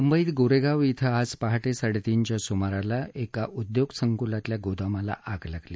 मुंबईत गोरेगाव क्रें आज पहाटे साडेतीनच्या सुमाराला एका उद्योग संकुलातल्या गोदामाला आग लागली